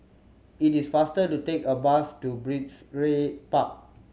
it is faster to take a bus to Park